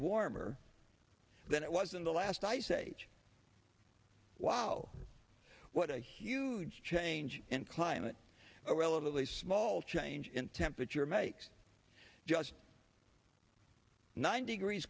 warmer than it was in the last ice age wow what a huge change in climate a relatively small change in temperature makes judge nine degrees